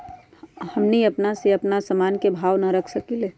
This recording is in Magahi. हमनी अपना से अपना सामन के भाव न रख सकींले?